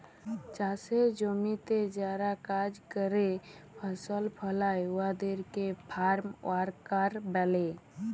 চাষের জমিতে যারা কাজ ক্যরে ফসল ফলায় উয়াদের ফার্ম ওয়ার্কার ব্যলে